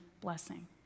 blessing